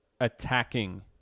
attacking